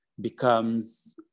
becomes